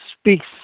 speaks